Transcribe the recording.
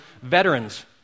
veterans